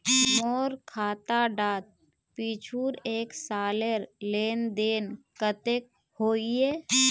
मोर खाता डात पिछुर एक सालेर लेन देन कतेक होइए?